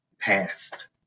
past